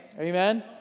Amen